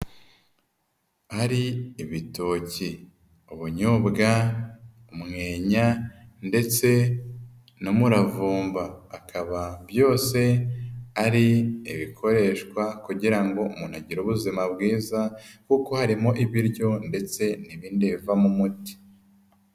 Hari ibitoki, ubunyobwa, umwenya ndetse n'umuravumba, akaba byose ari ibikoreshwa kugira ngo umuntu agire ubuzima bwiza kuko harimo ibiryo ndetse n'ibindi bivamo umuti.